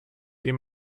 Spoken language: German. dem